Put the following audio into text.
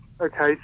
Okay